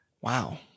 wow